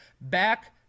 back